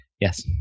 Yes